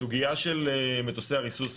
סוגיה של מטוסי הריסוס,